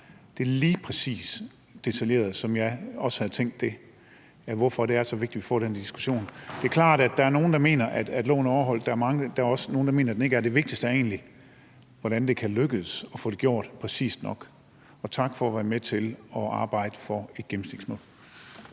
det lige præcis så detaljeret, som jeg også havde tænkt det, nemlig hvorfor det er så vigtigt at få den diskussion. Det er klart, at der er nogle, der mener, at loven er overholdt, men der er også nogle, der mener, at den ikke er det. Det vigtigste er egentlig, hvordan det kan lykkes at få det gjort præcis nok. Og tak for at være med til at arbejde for et gennemsnitsmål.